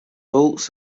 bolts